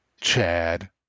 chad